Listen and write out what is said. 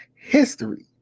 history